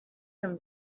them